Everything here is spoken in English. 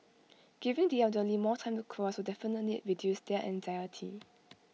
giving the elderly more time to cross will definitely reduce their anxiety